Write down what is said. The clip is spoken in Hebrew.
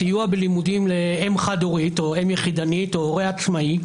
סיוע בלימודים לאם חד-הורית או אם יחידנית או הורה עצמאי,